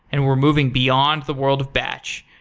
and we're moving beyond the world of batch,